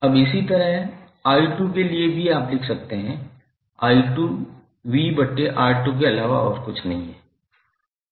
अब इसी तरह i2 के लिए भी आप लिख सकते हैं i2 𝑣𝑅2 के अलावा और कुछ नहीं है